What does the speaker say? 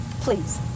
Please